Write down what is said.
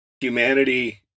Humanity